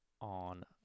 on